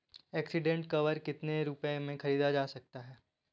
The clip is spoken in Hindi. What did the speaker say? एक्सीडेंट कवर कितने रुपए में खरीदा जा सकता है?